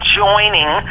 joining